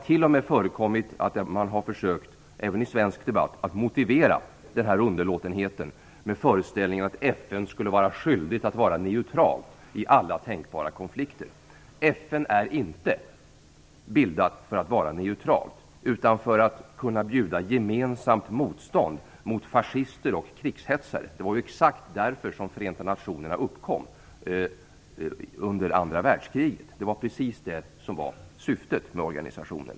T.o.m. i svensk debatt har det förekommit att man försökt motivera den här underlåtenheten med föreställningen att FN är skyldigt att vara neutralt i alla tänkbara konflikter. FN har inte bildats för att vara neutralt utan för att kunna bjuda gemensamt motstånd mot fascister och krigshetsare. Det var exakt därför som Förenta nationerna uppkom under andra världskriget. Det var precis det som var syftet med organisationen.